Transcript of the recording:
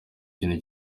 kintu